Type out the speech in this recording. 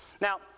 Now